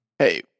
Hey